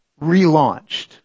relaunched